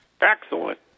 Excellent